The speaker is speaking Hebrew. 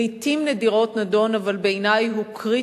אם התקציב שם יהיה 1.2 מיליונים או 2 מיליונים,